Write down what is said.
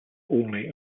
only